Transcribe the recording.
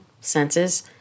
senses